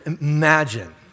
imagine